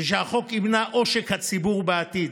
ושהחוק ימנע את עושק הציבור בעתיד,